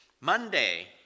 Monday